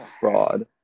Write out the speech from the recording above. fraud